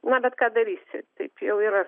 na bet ką darysi taip jau yra